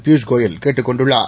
பியூஷ் கோயல் கேட்டுக் கொண்டுள்ளார்